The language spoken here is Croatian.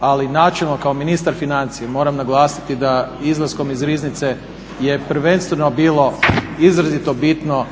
Ali načelno kao ministar financija moram naglasiti da izlaskom iz Riznice je prvenstveno bilo izrazito bitno